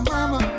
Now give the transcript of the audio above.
Mama